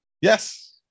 yes